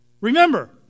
Remember